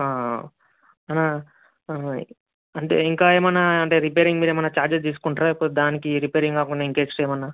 అన్న అంటే ఇంకా ఏమైనా అంటే రిపేరింగ్ మీద ఏమన్నాఛార్జెస్ తీసుకుంటారా లేకపోతే దానికి రిపేరింగ్ కాకుండా ఇంకా ఎక్స్ట్రా ఏమైనా